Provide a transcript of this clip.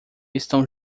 estão